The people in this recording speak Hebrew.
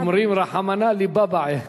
אומרים רחמנא ליבא בעי.